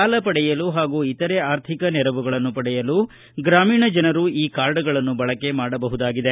ಸಾಲ ಪಡೆಯಲು ಹಾಗೂ ಇತರೆ ಆರ್ಥಿಕ ನೆರವುಗಳನ್ನು ಪಡೆಯಲು ಗ್ರಾಮೀಣ ಜನರು ಈ ಕಾರ್ಡ್ಗಳನ್ನು ಬಳಕೆ ಮಾಡಬಹುದಾಗಿದೆ